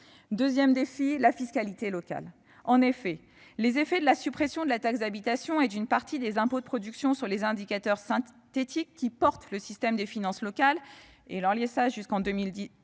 Autre défi, la fiscalité locale. Les effets de la suppression de la taxe d'habitation et d'une partie des impôts de production sur les indicateurs synthétiques auxquels est adossé le système des finances locales, et le lissage de ces